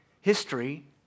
History